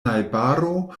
najbaro